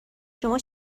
شما